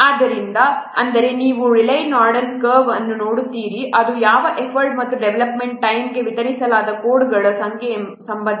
ಆದ್ದರಿಂದ ಅಂದರೆ ನೀವು ಈ ರೇಲೈ ನಾರ್ಡೆನ್ ಕರ್ವ್ ಅನ್ನು ನೋಡುತ್ತೀರಿ ಅದು ಯಾವ ಎಫರ್ಟ್ ಮತ್ತು ಡೆವಲಪ್ಮೆಂಟ್ ಟೈಮ್ಗೆ ವಿತರಿಸಲಾದ ಕೋಡ್ಗಳ ಸಂಖ್ಯೆಗೆ ಸಂಬಂಧಿಸಿದೆ